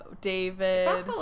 David